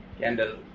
Candle